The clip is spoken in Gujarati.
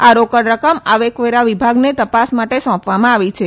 આ રોકડ રકમ આવકવેરા વિભાગને તપાસ માટે સોંપવામાં આવી છે